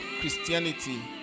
christianity